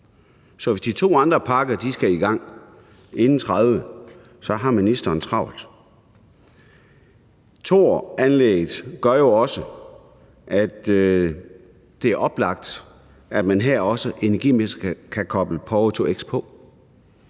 Så hvis de to andre parker skal i gang inden 2030, har ministeren travlt. Thoranlægget gør jo også, at det er oplagt, at man her også energimæssigt kan koble